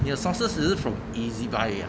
你的 sources is it from E_Z buy 而已 ah